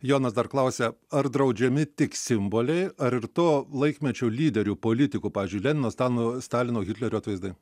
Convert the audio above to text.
jonas dar klausia ar draudžiami tik simboliai ar ir to laikmečio lyderių politikų pavyzdžiui lenino stalino stalino hitlerio atvaizdai